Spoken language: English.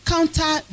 Counter